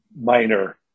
minor